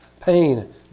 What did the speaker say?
pain